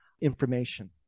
information